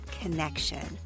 connection